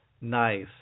Nice